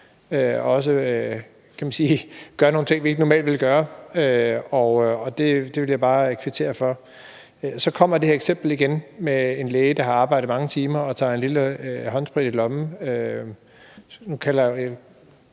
og gør nogle ting, vi ikke normalt ville gøre, og det vil jeg bare kvittere for. Så kommer det her eksempel igen med en læge, der har arbejdet mange timer og tager en lille håndsprit i lommen.